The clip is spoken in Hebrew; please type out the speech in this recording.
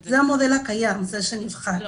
זה המודל הקיים, זה שנבחר.